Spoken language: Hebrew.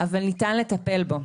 אבל אפשר לטפל בו.